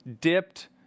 dipped